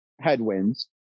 headwinds